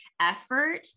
effort